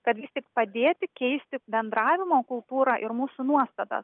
kad vis tik padėti keisti bendravimo kultūrą ir mūsų nuostatas